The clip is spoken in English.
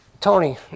Tony